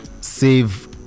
save